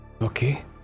Okay